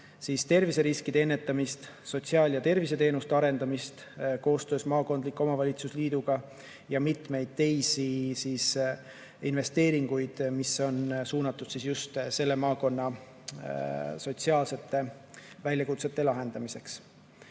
terviseriskide ennetamist ning sotsiaal- ja terviseteenuste arendamist koostöös maakondliku omavalitsuste liiduga. Peale selle on mitmeid teisi investeeringuid, mis on [mõeldud] just selle maakonna sotsiaalsete väljakutsete lahendamiseks.